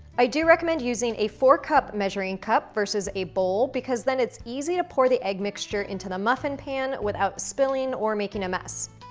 i do recommend using a four cup measuring cup versus a bowl because then it's easy to pour the egg mixture into the muffin pan without spilling or making a mess.